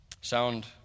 Sound